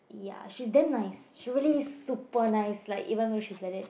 ya she's damn nice she really super nice like even though she's like that